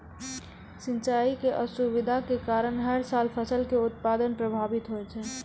सिंचाई के असुविधा के कारण हर साल फसल के उत्पादन प्रभावित होय छै